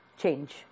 change